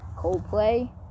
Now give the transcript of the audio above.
Coldplay